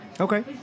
Okay